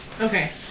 Okay